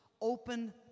Open